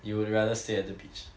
you would rather stay at the beach